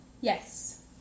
Yes